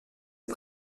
est